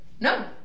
No